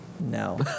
No